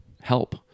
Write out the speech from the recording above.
help